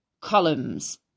columns